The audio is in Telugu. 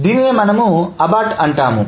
దీనినే మనము అబార్ట్ అంటాము